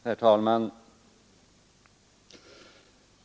Herr talman!